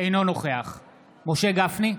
אינו נוכח משה גפני,